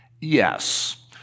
Yes